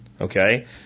Okay